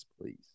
please